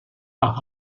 par